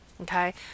okay